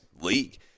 league